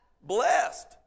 Blessed